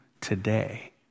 today